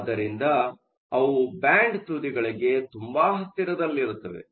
ಆದ್ದರಿಂದ ಅವು ಬ್ಯಾಂಡ್ ತುದಿಗಳಿಗೆ ತುಂಬಾ ಹತ್ತಿರದಲ್ಲಿರುತ್ತವೆ